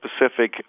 specific